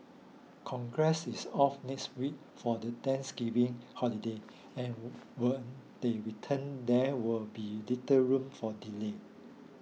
Congress is off next week for the Thanksgiving holiday and when they return there will be little room for delay